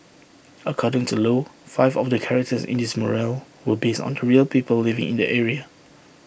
according to low five of the characters in this mural were based onto real people living in the area